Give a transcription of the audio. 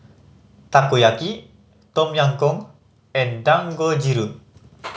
Takoyaki Tom Yam Goong and Dangojiru